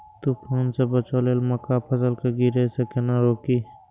तुफान से बचाव लेल मक्का फसल के गिरे से केना रोकी?